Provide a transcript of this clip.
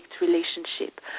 relationship